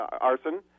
arson